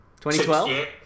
2012